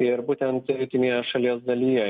ir būtent rytinėje šalies dalyje